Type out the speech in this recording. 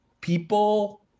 people